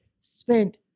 spent